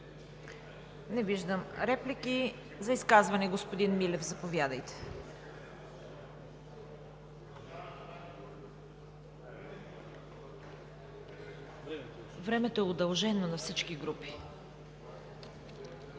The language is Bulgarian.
Не виждам. За изказване, господин Милев, заповядайте. Времето е удължено на всички групи.